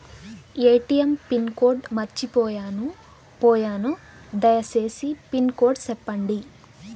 ATM pin code మర్చిపోయాను పోయాను దయసేసి పిన్ కోడ్ సెప్పండి?